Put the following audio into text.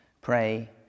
pray